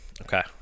Okay